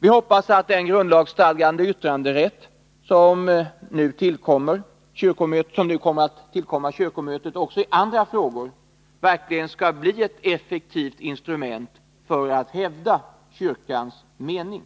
Vi hoppas att den grundlagsstadgade yttranderätt som nu skall tillkomma kyrkomötet också i andra frågor verkligen blir ett effektivt instrument för att hävda kyrkans mening.